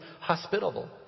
hospitable